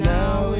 now